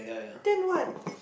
then what